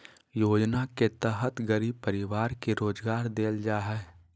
योजना के तहत गरीब परिवार के रोजगार देल जा हइ